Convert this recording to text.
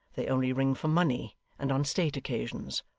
they only ring for money and on state occasions.